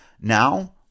now